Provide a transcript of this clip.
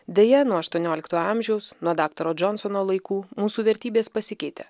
deja nuo aštuoniolikto amžiaus nuo daktaro džonsono laikų mūsų vertybės pasikeitė